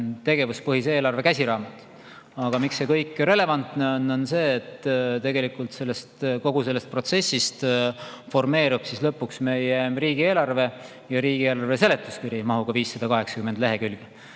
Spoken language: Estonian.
tegevuspõhise eelarve käsiraamat. Aga miks see kõik relevantne on – on sellepärast, et tegelikult kogu sellest protsessist formeerub lõpuks meie riigieelarve ja riigieelarve seletuskiri mahuga 580 lehekülge.